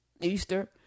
Easter